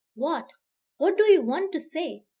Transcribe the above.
what what do you want to say?